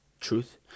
truth